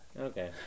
Okay